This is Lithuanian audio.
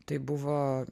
tai buvo